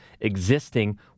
existing